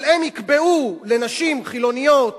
אבל הם יקבעו לנשים חילוניות